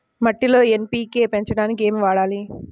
మట్టిలో ఎన్.పీ.కే పెంచడానికి ఏమి వాడాలి?